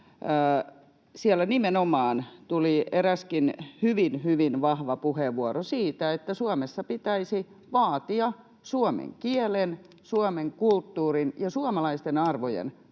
Siellä nimenomaan tuli eräskin hyvin, hyvin vahva puheenvuoro siitä, että Suomessa pitäisi vaatia suomen kielen, Suomen kulttuurin ja suomalaisten arvojen